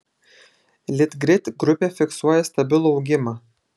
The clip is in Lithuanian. litgrid grupė fiksuoja stabilų augimą